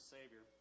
Savior